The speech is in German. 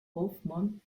hofmann